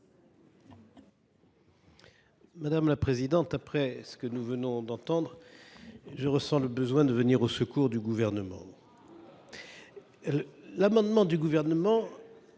est à M. Philippe Bas. Après ce que nous venons d’entendre, je ressens le besoin de venir au secours du Gouvernement. L’amendement du Gouvernement,